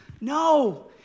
No